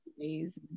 days